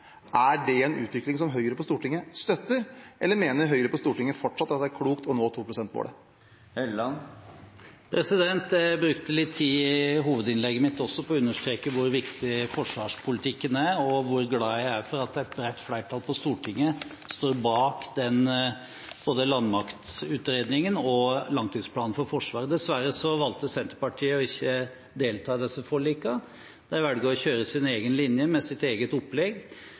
Er det en utvikling som Høyre på Stortinget støtter, eller mener Høyre på Stortinget fortsatt at det er klokt å nå 2-prosentmålet? Jeg brukte litt tid i hovedinnlegget mitt på å understreke hvor viktig forsvarspolitikken er, og hvor glad jeg er for at et bredt flertall på Stortinget står bak både landmaktutredningen og langtidsplanen for Forsvaret. Dessverre valgte Senterpartiet ikke å delta i disse forlikene, men velger å kjøre sin egen linje med sitt eget opplegg.